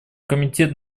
комитет